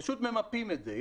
פשוט ממפים את זה.